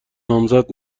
نامزد